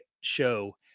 show